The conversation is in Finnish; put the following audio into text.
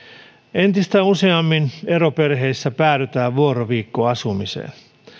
entistä useammin eroperheissä päädytään vuoroviikkoasumiseen